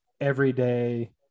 everyday